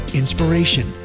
inspiration